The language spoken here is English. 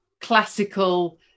classical